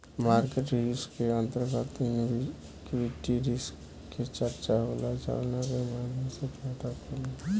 market risk के अंतर्गत equity risk के चर्चा होला जावना के माध्यम से फायदा कम होला